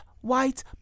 white